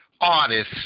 artists